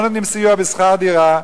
לא נותנים סיוע בשכר דירה,